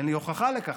אין לי הוכחה לכך,